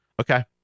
Okay